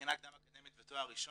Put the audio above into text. מכינה קדם אקדמית ותואר ראשון,